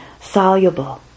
soluble